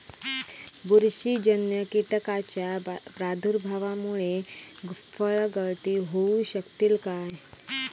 बुरशीजन्य कीटकाच्या प्रादुर्भावामूळे फळगळती होऊ शकतली काय?